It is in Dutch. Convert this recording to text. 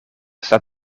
staat